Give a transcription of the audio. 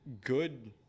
good